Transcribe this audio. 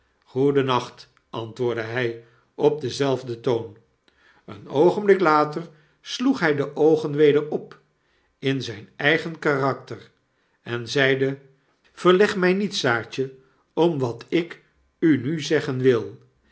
groedennacht goedennachti antwoordde hg op denzelfden toon een oogenblik later sloeg hg de oogen weder op in zgn eigen karakter en zeide verleg mij niet saartje om wat ik unuzeggen wil